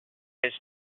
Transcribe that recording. his